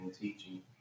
teaching